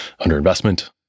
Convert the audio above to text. underinvestment